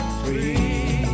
free